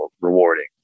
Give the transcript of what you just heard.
rewarding